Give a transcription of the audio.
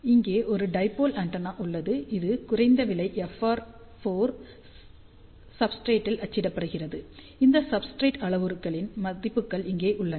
இங்கே ஒரு dipole antenna உள்ளது இது குறைந்த விலை FR 4 சப்ஸ்ரேட் இல் அச்சிடப்படுகிறது இந்த சப்ஸ்ரேட் அளவுருக்களின் மதிப்புகள் இங்கே உள்ளன